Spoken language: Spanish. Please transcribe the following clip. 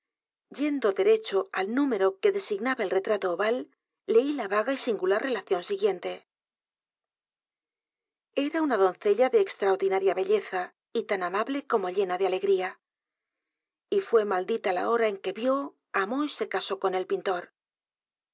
yendo derecho al número que designaba el retrato oval leí la vaga y singular relación siguiente el retrato oval e r a una doncella de extraodianaria belleza y tan amable como llena de alegría y fué maldita la hora en que vio amó y se casó con el pintor